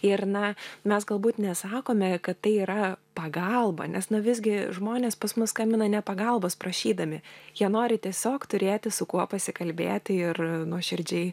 ir na mes galbūt nesakome kad tai yra pagalba nes na visgi žmonės pas mus skambina ne pagalbos prašydami jie nori tiesiog turėti su kuo pasikalbėti ir nuoširdžiai